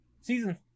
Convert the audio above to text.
season